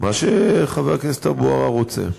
מה שחבר הכנסת אבו עראר רוצה.